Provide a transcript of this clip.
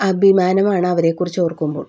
അഭിമാനമാണ് അവരെക്കുറിച്ചോർക്കുമ്പോൾ